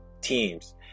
teams